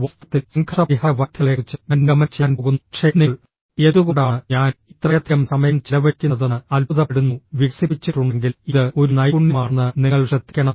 വാസ്തവത്തിൽ സംഘർഷ പരിഹാര വൈദഗ്ധ്യങ്ങളെക്കുറിച്ച് ഞാൻ നിഗമനം ചെയ്യാൻ പോകുന്നു പക്ഷേ നിങ്ങൾ എന്തുകൊണ്ടാണ് ഞാൻ ഇത്രയധികം സമയം ചെലവഴിക്കുന്നതെന്ന് അത്ഭുതപ്പെടുന്നു വികസിപ്പിച്ചിട്ടുണ്ടെങ്കിൽ ഇത് ഒരു നൈപുണ്യമാണെന്ന് നിങ്ങൾ ശ്രദ്ധിക്കണം